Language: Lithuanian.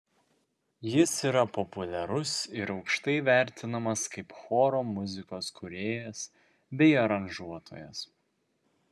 jis yra populiarus ir aukštai vertinamas kaip choro muzikos kūrėjas bei aranžuotojas